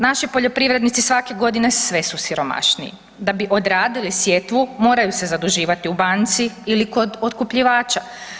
Naši poljoprivrednici svake godine sve su siromašniji da bi odradili sjetvu, moraju se zaduživati u banci ili kod otkupljivača.